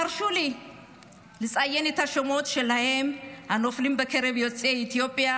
תרשו לציין את שמות הנופלים בקרב שהם יוצאי אתיופיה,